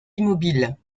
immobile